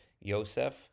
Yosef